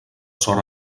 sort